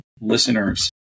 listeners